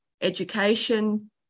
education